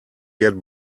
get